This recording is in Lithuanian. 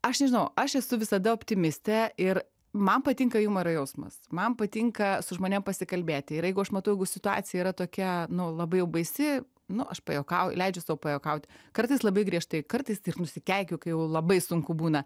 aš nežinau aš esu visada optimistė ir man patinka jumoro jausmas man patinka su žmonėm pasikalbėti ir jeigu aš matau situacija yra tokia nu labai jau baisi nu aš pajuokauju leidžiu sau pajuokaut kartais labai griežtai kartais nusikeikiu kai jau labai sunku būna